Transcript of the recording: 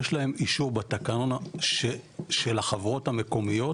יש להם אישור בתקנון של החברות המקומיות,